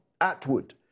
Atwood